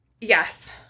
Yes